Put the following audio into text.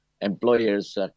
employers